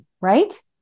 right